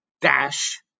dash